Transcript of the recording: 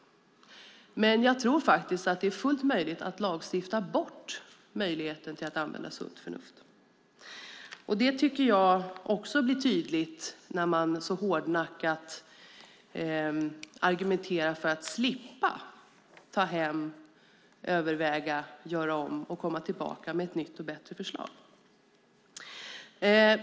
Men jag tror faktiskt att det är fullt möjligt att lagstifta bort möjligheten att använda sunt förnuft. Det tycker jag också blir tydligt när man så hårdnackat argumenterar för att slippa ta hem, överväga, göra om och komma tillbaka med ett nytt och bättre förslag.